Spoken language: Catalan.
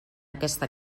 aquesta